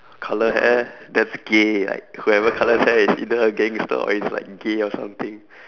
colour hair that's gay like whoever colours hair is either a gangster or is like gay or something